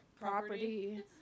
property